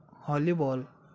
volleyball